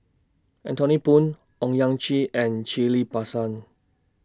Anthony Poon Owyang Chi and Ghillie BaSan